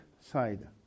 side